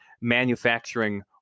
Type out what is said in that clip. manufacturing